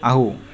আহু